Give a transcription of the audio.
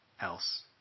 else